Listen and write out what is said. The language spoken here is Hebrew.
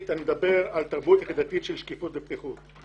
הוא התרבות היחידתית של פתיחות ושקיפות.